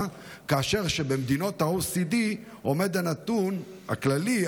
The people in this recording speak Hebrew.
כאשר במדינות ה-OECD עומד הנתון הכללי,